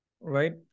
Right